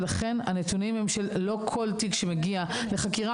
ולכן הנתונים הם שלא כל תיק שמגיע לחקירה,